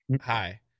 Hi